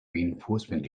reinforcement